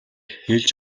хэлж